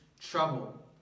trouble